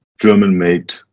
German-made